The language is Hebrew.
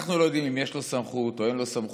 אנחנו לא יודעים אם יש לו סמכות או אין לו סמכות,